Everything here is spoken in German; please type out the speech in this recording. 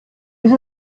ist